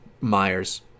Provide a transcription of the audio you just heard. Myers